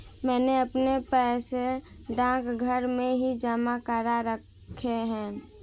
मैंने अपने पैसे डाकघर में ही जमा करा रखे हैं